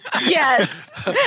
Yes